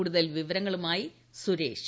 കൂടുതൽ വിവരങ്ങളുമായി സുരേഷ്